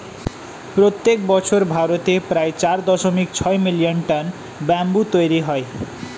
প্রত্যেক বছর ভারতে প্রায় চার দশমিক ছয় মিলিয়ন টন ব্যাম্বু তৈরী হয়